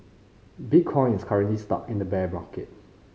bitcoin is currently stuck in a bear market